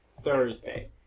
Thursday